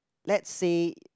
let's say